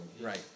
Right